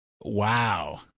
wow